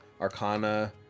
arcana